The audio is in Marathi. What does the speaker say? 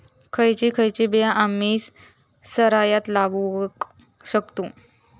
खयची खयची बिया आम्ही सरायत लावक शकतु?